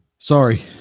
Sorry